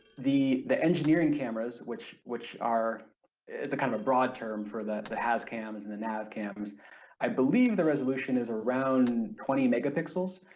the the engineering cameras which which are it's a kind of a broad term for the the has cams and the nav cams i believe the resolution is around twenty megapixels,